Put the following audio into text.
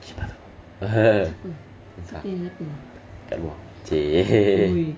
siapa tu tak kat luar !chey!